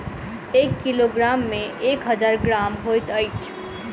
एक किलोग्राम मे एक हजार ग्राम होइत अछि